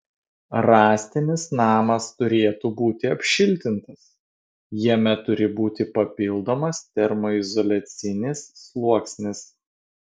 rąstinis namas turėtų būti apšiltintas jame turi būti papildomas termoizoliacinis sluoksnis